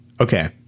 Okay